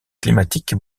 climatique